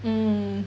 mm